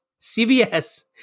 CBS